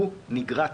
הוא נגרט,